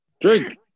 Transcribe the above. Drink